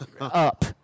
up